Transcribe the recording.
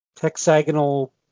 hexagonal